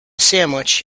sandwich